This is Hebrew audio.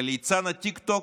וליצן הטיקטוק,